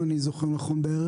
אם אני זוכר נכון.